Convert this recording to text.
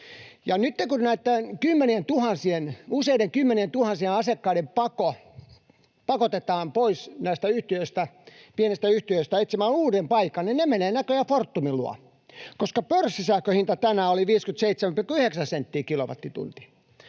Nytten kun useita kymmeniätuhansia asiakkaita pakotetaan pois näistä yhtiöistä, pienistä yhtiöistä etsimään uusi paikka, niin he menevät näköjään Fortumin luo, koska pörssisähkön hinta tänään oli 57,9 senttiä kilowattitunti.